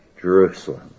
Jerusalem